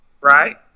right